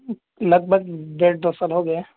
لگ بھگ ڈیڑھ دو سال ہو گیا